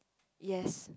yes